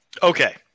Okay